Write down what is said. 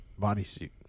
bodysuit